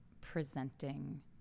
presenting